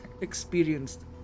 experienced